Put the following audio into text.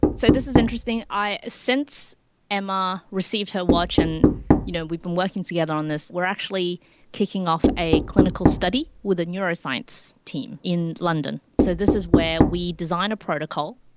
so this is interesting. i, since emma received her watch and you know, we've been working together on this, we're actually kicking off a clinical study with a neuroscience team in london. so this is where we sign a protocol,